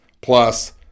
plus